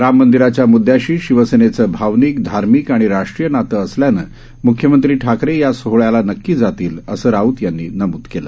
राम मंदिराच्या मुद्याशी शिवसेनेचं भावनिक धार्मिक आणि राष्ट्रीय नातं असल्यानं म्ख्यमंत्री ठाकरे या सोहळ्याला नक्की जातील असं राऊत यांनी नमूद केलं